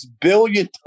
billion